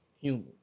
human